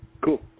Cool